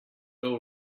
all